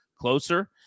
closer